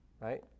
right